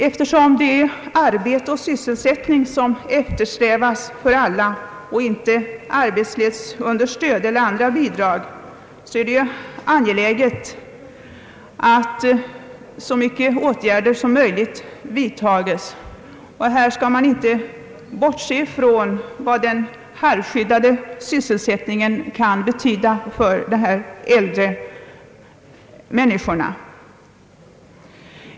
Eftersom det är arbete och sysselsättning för alla som eftersträvas och inte arbetslöshetsunderstöd eller andra bidrag, är det angeläget att så många åtgärder som möjligt vidtages. Här får man inte bortse ifrån vad den halvskyddade sysselsättningen kan betyda för dessa äldre människor.